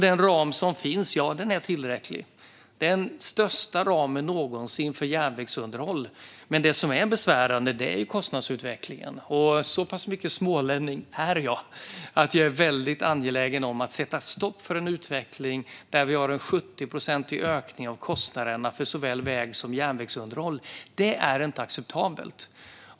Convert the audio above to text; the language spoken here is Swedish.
Den ram som finns är tillräcklig. Det är den största ramen någonsin för järnvägsunderhåll. Det som är besvärande är kostnadsutvecklingen. Så pass mycket smålänning är jag att jag är väldigt angelägen om att sätta stopp för en utveckling där vi har en 70-procentig ökning av kostnaderna för såväl väg som järnvägsunderhåll. Det är inte acceptabelt.